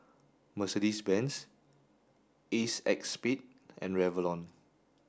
Mercedes Benz ACEXSPADE and Revlon